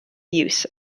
use